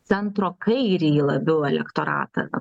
centro kairįjį labiau elektoratą